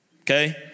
okay